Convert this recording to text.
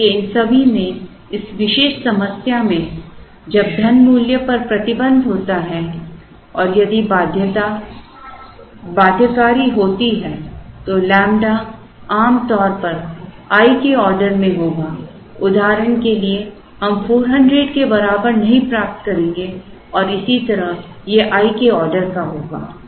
इसलिए इन सभी में इस विशेष समस्या में जब धनमूल्य पर प्रतिबंध होता है और यदि बाधा बाध्यकारी होती है तो लैम्ब्डा आमतौर पर i के ऑर्डर में होगा उदाहरण के लिए हम 400 के बराबर नहीं प्राप्त करेंगे और इसी तरह यह i के ऑर्डर का होगा